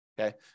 okay